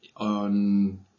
on